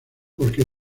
porque